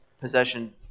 possession